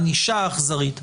ענישה אכזרית.